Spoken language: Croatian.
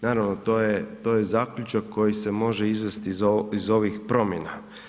Naravno to je zaključak koji se može izvesti iz ovih promjena.